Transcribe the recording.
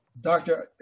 Doctor